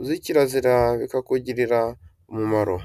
uzi kirazira bikakugirira umumaro.